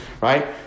right